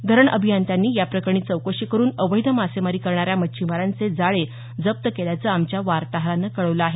धरण अभियंत्यांनी या प्रकरणी चौकशी करून अवैध मासेमारी करणाऱ्या मच्छीमारांचे जाळे जप्त केल्याचं आमच्या वार्ताहरानं कळवलं आहे